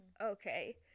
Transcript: okay